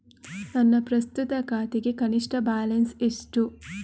ನನ್ನ ಪ್ರಸ್ತುತ ಖಾತೆಗೆ ಕನಿಷ್ಠ ಬ್ಯಾಲೆನ್ಸ್ ಎಷ್ಟು?